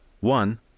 One